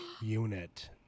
unit